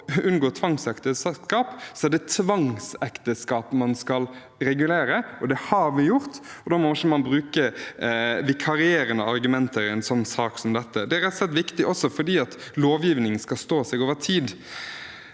å unngå tvangsekteskap, er det tvangsekteskap man skal regulere. Det har vi gjort, og da må man ikke bruke vikarierende argumenter i en sak som denne. Det er rett og slett viktig fordi lovgivningen også skal stå seg over tid.